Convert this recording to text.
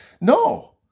No